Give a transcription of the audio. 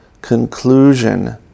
conclusion